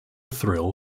thrill